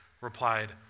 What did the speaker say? replied